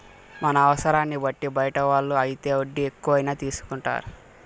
మన అవసరాన్ని బట్టి బయట వాళ్ళు అయితే వడ్డీ ఎక్కువైనా తీసుకుంటారు